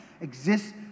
exists